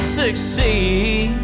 succeed